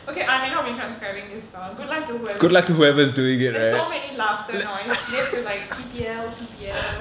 okay I may not be transcribing this file good luck to whoever transcribing there's so many laughter noise they have to like P P L P P L